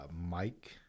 Mike